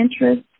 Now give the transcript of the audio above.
interest